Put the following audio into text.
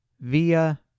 via